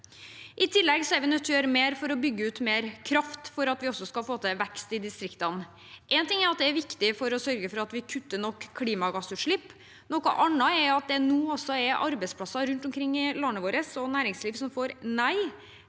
I tillegg er vi nødt til å gjøre mer for å bygge ut mer kraft, slik at vi også skal få til vekst i distriktene. Én ting er at det er viktig å sørge for at vi kutter nok i klimagassutslippene, noe annet er at næringsliv og arbeidsplasser rundt omkring i landet vårt nå får nei